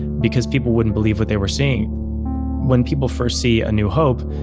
because people wouldn't believe what they were seeing when people first see a new hope,